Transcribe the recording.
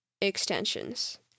extensions